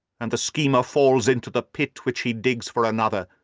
and the schemer falls into the pit which he digs for another.